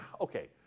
okay